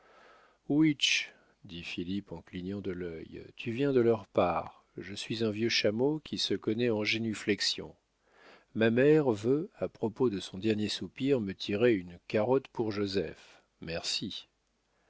dit philippe en clignant de l'œil tu viens de leur part je suis un vieux chameau qui se connaît en génuflexions ma mère veut à propos de son dernier soupir me tirer une carotte pour joseph merci